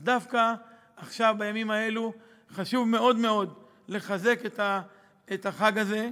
אז דווקא בימים האלה חשוב מאוד מאוד לחזק את החג הזה.